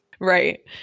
Right